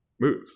move